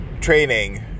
training